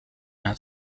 had